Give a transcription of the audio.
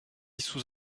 sous